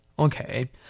Okay